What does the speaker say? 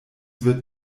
wird